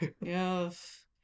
Yes